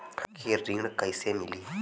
हमके ऋण कईसे मिली?